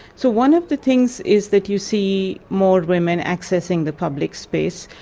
so one of the things is that you see more women accessing the public space,